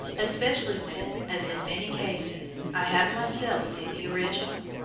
especially when, as in many cases, i have myself seen the original.